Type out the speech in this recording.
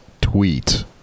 tweet